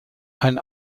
ein